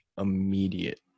immediate